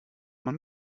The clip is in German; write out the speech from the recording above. man